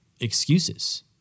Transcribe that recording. excuses